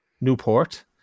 Newport